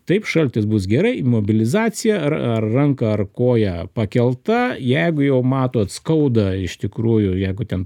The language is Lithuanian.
taip šaltis bus gerai mobilizacija ar ar ranka ar koja pakelta jeigu jau matot skauda iš tikrųjų jeigu ten